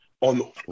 on